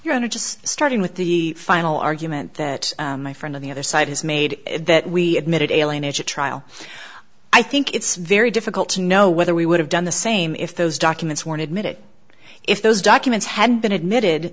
honor just starting with the final argument that my friend on the other side has made that we admitted alienated trial i think it's very difficult to know whether we would have done the same if those documents one admitted if those documents hadn't been admitted